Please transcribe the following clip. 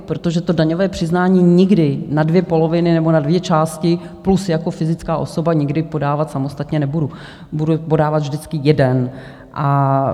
Protože to daňové přiznání nikdy na dvě poloviny nebo na dvě části plus jako fyzická osoba nikdy podávat samostatně nebudu, budu podávat vždycky jedno.